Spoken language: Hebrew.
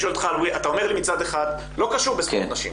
אתה אומר לי מצד אחד, לא קשור בספורט נשים.